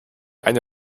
eine